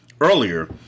Earlier